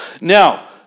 Now